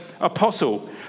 apostle